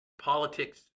politics